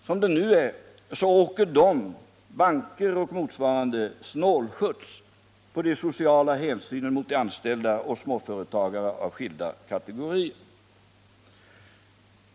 Som det nu är, åker de — banker och motsvarande — snålskjuts på de sociala hänsynen mot de anställda och småföretagare av skilda kategorier.